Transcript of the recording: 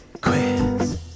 quiz